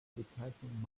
bezeichnung